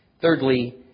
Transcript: Thirdly